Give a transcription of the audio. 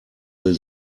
will